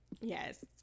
Yes